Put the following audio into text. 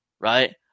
right